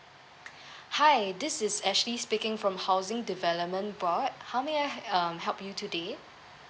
hi this is ashley speaking from housing development board how may I um help you today